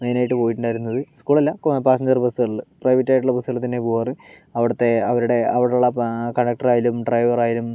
മെയിനായിട്ട് പോയിട്ടുണ്ടായിരുന്നത് സ്കൂളല്ല പാസഞ്ചർ ബസ്സുകളില് പ്രൈവറ്റായിട്ടുള്ള ബസ്സുകളിൽ തന്നെയാ പോവാറ് അവിടുത്തെ അവരുടെ അവിടെയുള്ള കണ്ടക്ടറായാലും ഡ്രൈവറായാലും